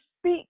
speak